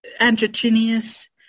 androgynous